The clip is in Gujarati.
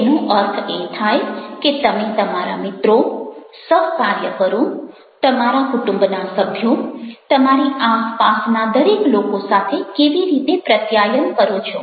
તેનો અર્થ એ થાય કે તમે તમારા મિત્રો સહકાર્યકરો તમારા કુટુંબના સભ્યો તમારી આસપાસના દરેક લોકો સાથે કેવી રીતે પ્રત્યાયન કરો છો